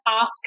ask